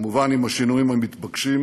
כמובן עם השינויים המתבקשים